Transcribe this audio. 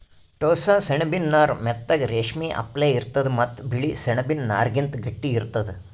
ಟೋಸ್ಸ ಸೆಣಬಿನ್ ನಾರ್ ಮೆತ್ತಗ್ ರೇಶ್ಮಿ ಅಪ್ಲೆ ಇರ್ತದ್ ಮತ್ತ್ ಬಿಳಿ ಸೆಣಬಿನ್ ನಾರ್ಗಿಂತ್ ಗಟ್ಟಿ ಇರ್ತದ್